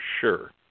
sure